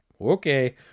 okay